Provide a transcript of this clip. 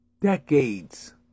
decades